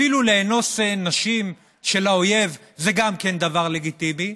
אפילו לאנוס נשים של האויב, זה גם כן דבר לגיטימי.